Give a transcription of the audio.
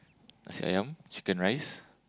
nasi-Ayam Chicken Rice